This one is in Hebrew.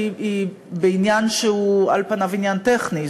היא בעניין שהוא על פניו עניין טכני.